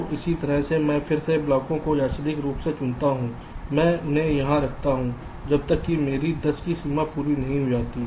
तो इसी तरह से मैं फिर से ब्लॉकों को यादृच्छिक रूप से चुनता हूं मैं उन्हें यहां रखता हूं जब तक कि मेरी 10 की सीमा फिर से नहीं हो जाती